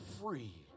free